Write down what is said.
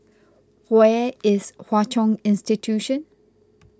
where is Hwa Chong Institution